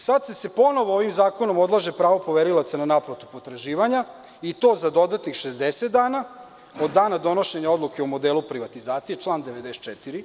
Sada se ovim zakonom ponovo odlaže pravo poverilaca na naplatu potraživanja i to za dodatnih 60 dana od dana donošenja odluke o modelu privatizacije, član 94.